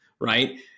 right